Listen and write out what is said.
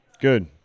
Good